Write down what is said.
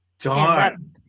Darn